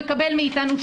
קורונה, יהיה יותר טוב.